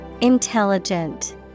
Intelligent